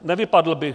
Nevypadl bych.